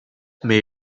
mais